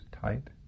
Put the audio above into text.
tight